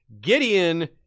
Gideon